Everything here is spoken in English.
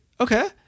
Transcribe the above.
okay